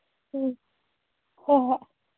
ꯎꯝ ꯍꯣꯏ ꯍꯣꯏ